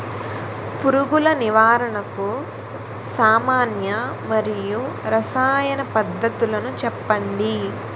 పురుగుల నివారణకు సామాన్య మరియు రసాయన పద్దతులను చెప్పండి?